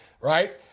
right